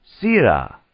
Sira